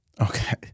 okay